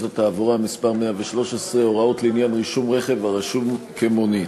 התעבורה (מס' 113) (הוראות לעניין רישיון רכב הרשום כמונית).